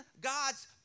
God's